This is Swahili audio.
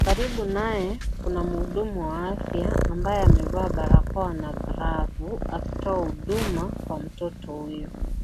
Karibu naye, kuna mhudumu wa afya ambaye amevaa barakoa na glovu akitoa huduma kwa mtoto huyo.